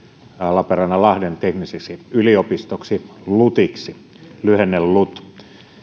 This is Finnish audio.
lappeenrannan lahden tekniseksi yliopistoksi lutiksi lyhenne on lut